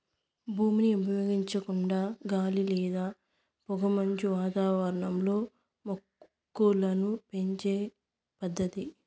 భూమిని ఉపయోగించకుండా గాలి లేదా పొగమంచు వాతావరణంలో మొక్కలను పెంచే పద్దతి